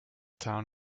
town